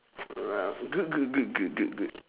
good good good good good good